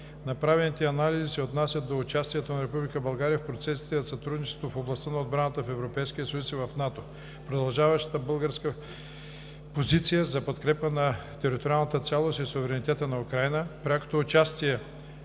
Направените анализи се отнасят до: участието на Република България в процесите на сътрудничество в областта на отбраната в Европейския съюз и в НАТО; продължаващата българска позиция за подкрепа на териториалната цялост и суверенитета на Украйна; прякото участие